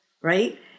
right